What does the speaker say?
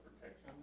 protection